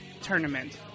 tournament